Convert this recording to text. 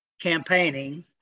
campaigning